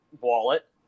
wallet